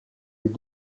les